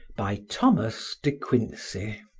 by thomas de quincey